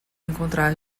encontrar